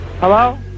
Hello